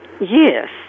Yes